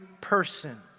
person